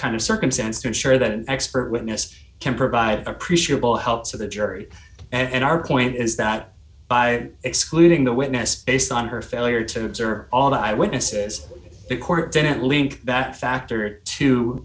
kind of circumstance to ensure that an expert witness can provide appreciable help for the jury and our point is that by excluding the witness based on her failure to observe all the eye witnesses the court didn't link that factor